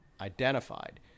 identified